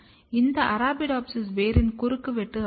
இது அரபிடோப்சிஸ் வேரின் குறுக்கு வெட்டு ஆகும்